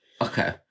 Okay